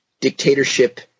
dictatorship